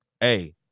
Hey